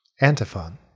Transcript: Antiphon